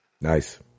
Nice